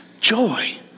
joy